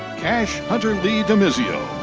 kash hunter-lee domizio.